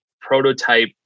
prototype